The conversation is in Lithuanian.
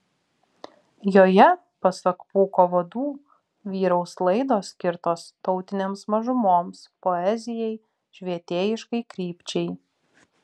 joje pasak pūko vadų vyraus laidos skirtos tautinėms mažumoms poezijai švietėjiškai krypčiai